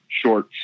short